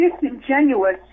disingenuous